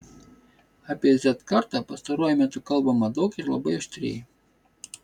apie z kartą pastaruoju metu kalbama daug ir labai aštriai